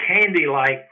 candy-like